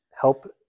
help